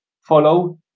follow